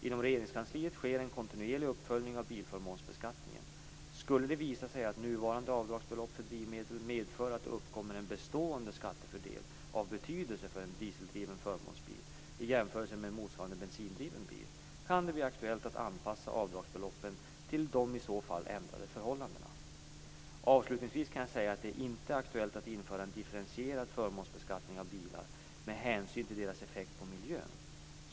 Inom Regeringskansliet sker en kontinuerlig uppföljning av bilförmånsbeskattningen. Skulle det visa sig att nuvarande avdragsbelopp för drivmedel medför att det uppkommer en bestående skattefördel av betydelse för en dieseldriven förmånsbil i jämförelse med en motsvarande bensindriven bil kan det bli aktuellt att anpassa avdragsbeloppen till de i så fall ändrade förhållandena. Avslutningsvis kan jag säga att det inte är aktuellt att införa en differentierad förmånsbeskattning av bilar med hänsyn till deras effekt på miljön.